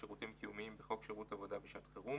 "שירותים קיומיים" בחוק שירות עבודה בשעת חירום,